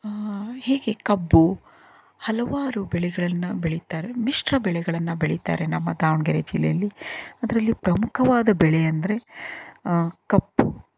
ಹೀಗೆ ಕಬ್ಬು ಹಲವಾರು ಬೆಳೆಗಳನ್ನು ಬೆಳಿತಾರೆ ಮಿಶ್ರ ಬೆಳೆಗಳನ್ನು ಬೆಳಿತಾರೆ ನಮ್ಮ ದಾವಣಗೆರೆ ಜಿಲ್ಲೆಯಲ್ಲಿ ಅದರಲ್ಲಿ ಪ್ರಮುಖವಾದ ಬೆಳೆ ಅಂದರೆ ಕಬ್ಬು